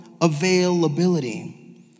availability